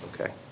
Okay